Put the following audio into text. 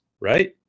right